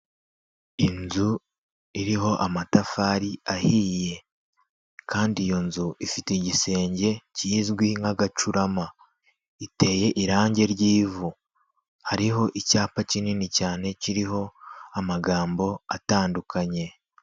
Inzu iriho amatafari ahiye kandi iyo nzu ifite igisenge kizwi nk'agacurama, iteye irangi ry'ivu, hariho icyapa kinini cyane, kiriho amagambo atandukanye.